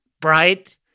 bright